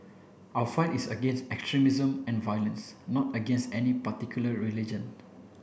our fight is against extremism and violence not against any particular religion